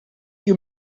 you